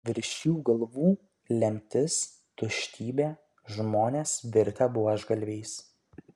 virš jų galvų lemtis tuštybė žmonės virtę buožgalviais